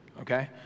okay